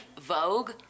vogue